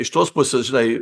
iš tos pusės žinai